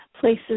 places